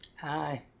Hi